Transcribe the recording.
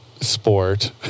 Sport